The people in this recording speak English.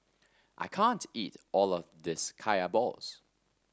I can't eat all of this Kaya Balls